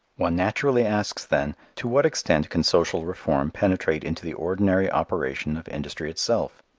one naturally asks, then, to what extent can social reform penetrate into the ordinary operation of industry itself?